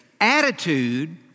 Attitude